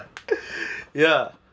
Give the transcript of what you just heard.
ya